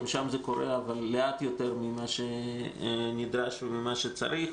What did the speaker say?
גם שם זה קורה אבל לאט יותר ממה שנדרש וממה שצריך.